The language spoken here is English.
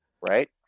right